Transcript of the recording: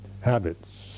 habits